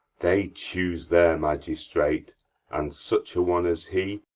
they choose their magistrate and such a one as he,